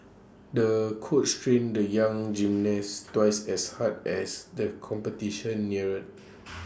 the coach trained the young gymnast twice as hard as the competition neared